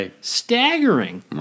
Staggering